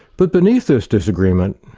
but beneath this disagreement,